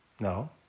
No